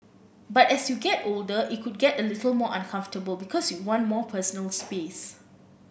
but as you get older it could get a little more uncomfortable because you want more personal space